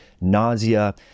nausea